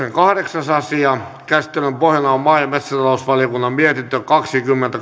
kahdeksas asia käsittelyn pohjana on maa ja metsätalousvaliokunnan mietintö kaksikymmentä